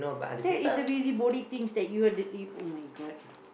that is the busybody things that you are d~ oh-my-god